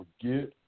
forget